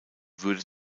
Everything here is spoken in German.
würde